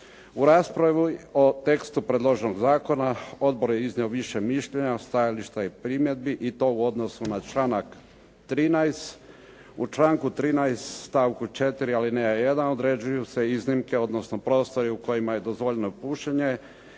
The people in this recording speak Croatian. U raspravi u tekstu predloženog zakona, odbor je iznio više mišljenja, stajališta i primjedbi i to u odnosu na članak 13. U članku 13. stavku 4. alineja 1 određuju se iznimke, odnosno prostor u kojima je dozvoljeno pušenje